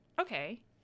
Okay